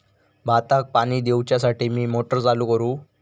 भाताक पाणी दिवच्यासाठी मी मोटर चालू करू?